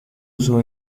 uso